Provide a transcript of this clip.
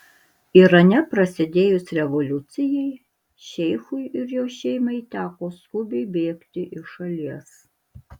irane prasidėjus revoliucijai šeichui ir jo šeimai teko skubiai bėgti iš šalies